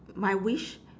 my wish